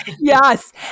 Yes